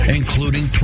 including